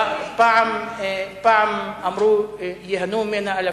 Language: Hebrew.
פעם אמרו: ייהנו ממנה אלפים.